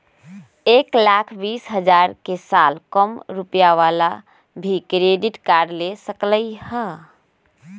एक लाख बीस हजार के साल कम रुपयावाला भी क्रेडिट कार्ड ले सकली ह?